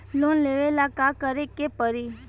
Loan लेवे ला का करे के पड़ी?